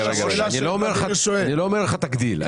אני לא אומר לך תגדיל.